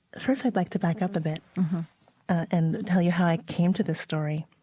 first i'd like to back up a bit and tell you how i came to this story.